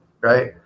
Right